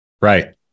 Right